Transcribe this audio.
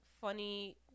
funny